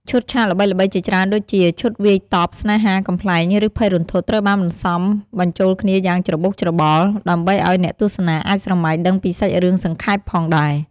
ឈុតឆាកល្បីៗជាច្រើនដូចជា ឈុតវាយតប់ ស្នេហា កំប្លែង ឬភ័យរន្ធត់ ត្រូវបានបន្សំបញ្ចូលគ្នាយ៉ាងច្របូកច្របល់ ដើម្បីឱ្យអ្នកទស្សនាអាចស្រមៃដឹងពីសាច់រឿងសង្ខេបផងដែរ ។